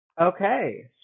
Okay